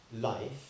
life